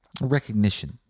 Recognition